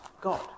God